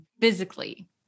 physically